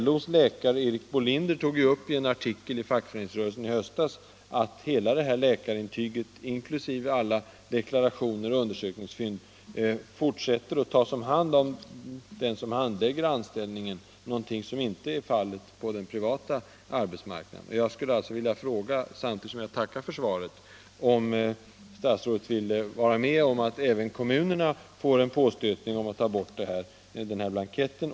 LO:s läkare Erik Bolinder påpekade i en artikel i Fackföreningsrörelsen i höstas att hela läkarintyget inklusive patientens hälsodeklarationer och läkarens undersökningsfynd tas om hand av den som sköter anställningsförfarandet — något som inte är fallet på den privata arbetsmarknaden. Jag vill samtidigt som jag tackar för statsrådets svar på min fråga ställa följande nya frågor: Vill statsrådet medverka till att även kommunerna får en påstötning om att dra in den påtalade blanketten?